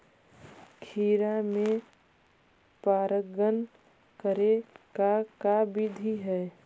खिरा मे परागण करे के का बिधि है?